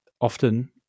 often